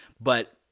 But-